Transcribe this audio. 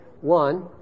One